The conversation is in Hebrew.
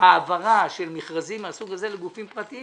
העברה של מכרזים מהסוג הזה לגופים פרטיים